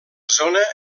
zona